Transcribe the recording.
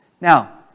Now